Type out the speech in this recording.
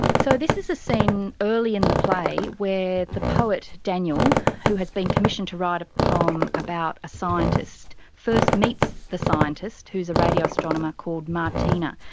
so this is a scene early in the play where the poet daniel, who has been commissioned to write a poem about a scientist, first meets the scientist who is a radio astronomer called martina.